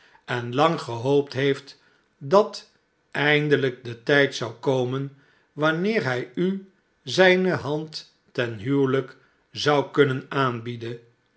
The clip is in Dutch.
en lang ge hoopt heeft dat eindelijk de tijd zou komen wanneer hij u zijne hand ten huwelijk zou kunnen aanbieden